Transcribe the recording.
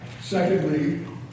Secondly